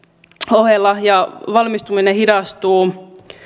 ohella ja valmistuminen hidastuu